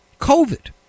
COVID